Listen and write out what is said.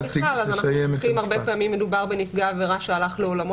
הרבה פעמים מדובר בנפגע עבירה שהלך לעולמו